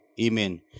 Amen